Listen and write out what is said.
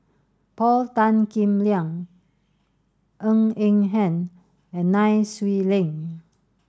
Paul Tan Kim Liang Ng Eng Hen and Nai Swee Leng